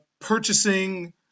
purchasing